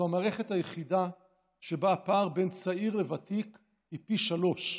זו המערכת היחידה שבה הפער בין צעיר לוותיק היא פי שלושה.